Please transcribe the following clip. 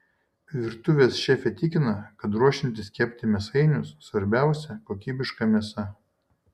virtuvės šefė tikina kad ruošiantis kepti mėsainius svarbiausia kokybiška mėsa